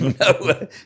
No